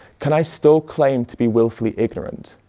can i still claim to be willfully ignorant?